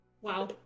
Wow